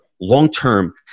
long-term